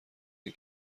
این